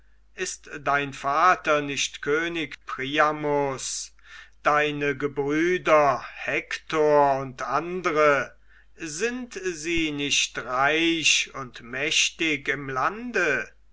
ist dein vater nicht könig priamus deine gebrüder hektor und andre sind sie nicht reich und mächtig im lande